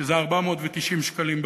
שזה 490 שקלים בחודש,